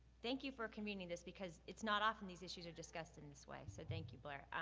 thank you for convening this because it's not often these issues are discussed in this way, so thank you, blair,